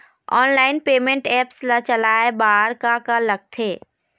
Online payment apps ला चलाए बार का का लगथे?